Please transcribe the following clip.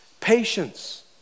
patience